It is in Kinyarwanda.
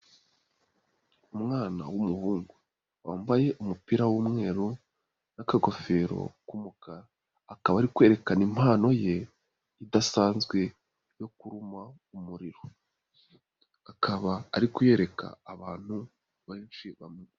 Umwana w'umuhungu, wambaye umupira w'umweru n'akagofero k'umukara, akaba ari kwerekana impano ye, idasanzwe yo kuruma umuriro, akaba ari kuyereka abantu benshi bamureba.